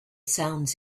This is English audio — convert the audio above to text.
sounds